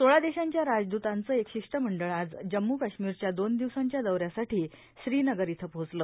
सोळा देशांच्या राजदुतांचं एक शिष्टमंडळ आज जम्मू काश्मीरच्या दोन दिवसांच्या दौऱ्यासाठी आज श्रीनगर पोहोचले